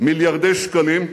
מיליארדי שקלים,